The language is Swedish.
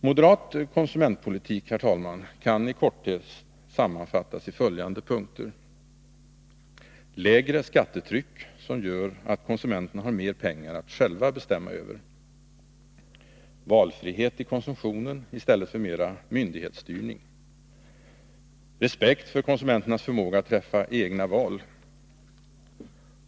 Moderat konsumentpolitik kan i korthet sammanfattas i följande punkter: Lägre skattetryck som gör att konsumenterna har mer pengar att själva bestämma över. Valfrihet i konsumtionen i stället för mera myndighetsstyrning. Respekt för konsumenternas förmåga att träffa egna val.